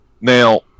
Now